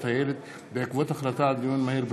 הרשויות עם תאונות הדרכים שבהן מעורבות קלנועיות.